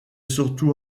surtout